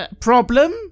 Problem